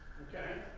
okay?